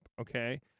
okay